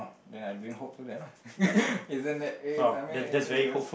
then I bring hope for them ah isn't that eh I mean